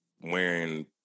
wearing